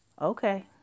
Okay